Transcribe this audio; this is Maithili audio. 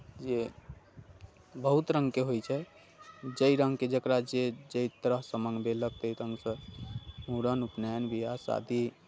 जे बहुत रङ्गके होइ छै जाहि रङ्गके जकरा जे जाहि तरहसँ मङ्गबेलक ताहि ढङ्गसँ मूड़न उपनयन विवाह शादी